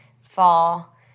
Fall